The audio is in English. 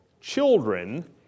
children